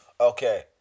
Okay